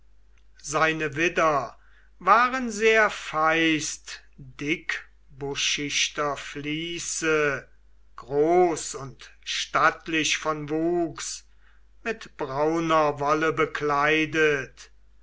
seine widder waren sehr feist dickbuschichter vließe groß und stattlich von wuchs mit brauner wolle bekleidet